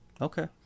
Okay